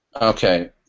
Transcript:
okay